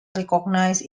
recognised